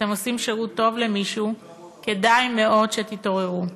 אתם עושים שירות טוב למישהו, כדאי מאוד שתתעוררו,